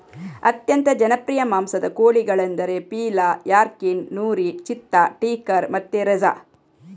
ಅತ್ಯಂತ ಜನಪ್ರಿಯ ಮಾಂಸದ ಕೋಳಿಗಳೆಂದರೆ ಪೀಲಾ, ಯಾರ್ಕಿನ್, ನೂರಿ, ಚಿತ್ತಾ, ಟೀಕರ್ ಮತ್ತೆ ರೆಜಾ